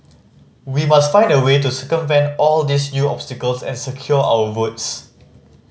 we must find a way to circumvent all these new obstacles and secure our votes